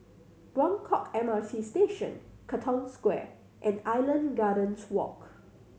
Buangkok M R T Station Katong Square and Island Gardens Walk